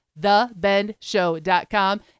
thebendshow.com